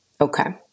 Okay